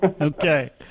Okay